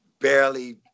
barely